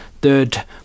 third